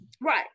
right